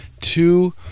Two